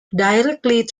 directly